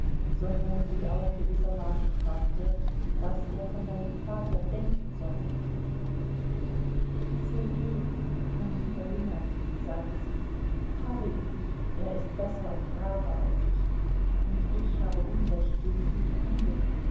sondern sie auch gewissermaßen fragte was er von seinem vater denken solle sergei mein lieber junge sagte sie habe ihn lieb er ist besser und braver als ich und ich habe unrecht gegen ihn gehandelt